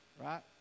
Right